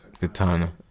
Katana